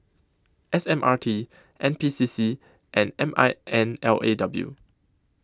S M R T N P C C and M I N L A W